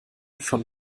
von